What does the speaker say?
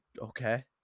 okay